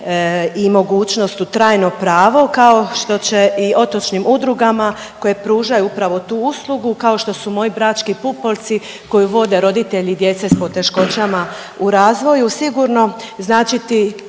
i mogućnost u trajno pravo kao što će i otočnim udrugama koje pružaju upravo tu uslugu kao što su moji Brački pupoljci koju vode roditelji djece s poteškoćama u razvoju